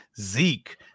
Zeke